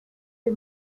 des